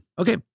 Okay